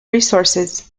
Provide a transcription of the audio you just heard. resources